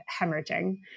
hemorrhaging